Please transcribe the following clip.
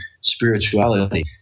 spirituality